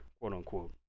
quote-unquote